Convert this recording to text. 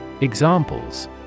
Examples